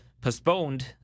postponed